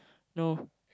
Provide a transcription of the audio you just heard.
you know